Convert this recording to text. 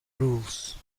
rules